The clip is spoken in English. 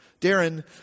Darren